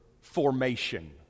formation